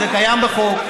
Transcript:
זה קיים בחוק.